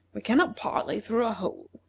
we cannot parley through a hole.